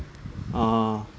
uh